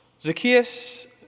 Zacchaeus